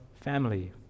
family